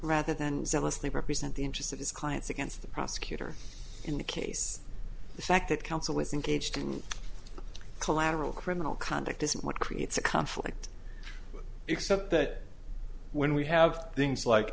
rather than zealously represent the interests of his clients against the prosecutor in the case the fact that council is engaged in collateral criminal conduct isn't what creates a conflict except that when we have things like